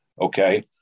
okay